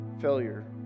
failure